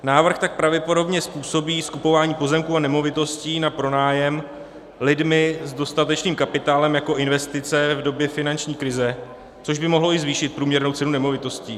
Návrh tak pravděpodobně způsobí skupování pozemků a nemovitostí na pronájem lidmi s dostatečným kapitálem jako investice v době finanční krize, což by mohlo i zvýšit průměrnou cenu nemovitostí.